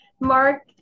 Mark